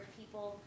people